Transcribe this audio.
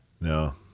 No